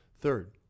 Third